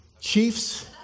Chiefs